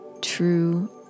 true